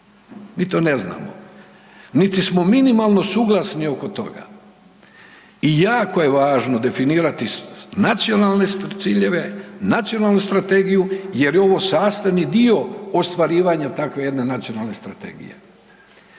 mi to ne znamo niti smo minimalno suglasni oko toga. I jako je važno definirati nacionalne ciljeve, nacionalnu strategiju jer je ovo sastavni dio ostvarivanja takve jedne nacionalne strategije.